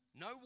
no